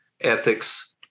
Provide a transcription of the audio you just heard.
ethics